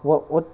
我我